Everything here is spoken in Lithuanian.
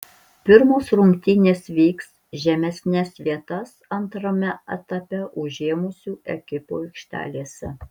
pirmos rungtynės vyks žemesnes vietas antrame etape užėmusių ekipų aikštelėse